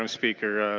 um speaker.